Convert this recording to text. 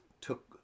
took